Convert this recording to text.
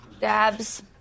Dabs